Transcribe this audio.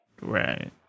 Right